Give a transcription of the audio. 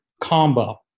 combo